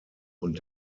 und